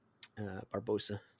Barbosa